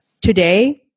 Today